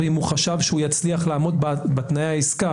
ואם הוא חשב שהוא יצליח לעמוד בתנאי העסקה